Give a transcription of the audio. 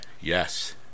Yes